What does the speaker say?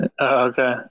Okay